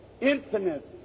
infinite